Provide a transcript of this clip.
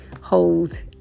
hold